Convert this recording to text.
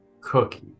cookie